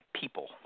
people